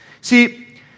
See